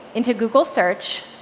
into google search,